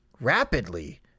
rapidly